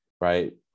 right